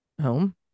home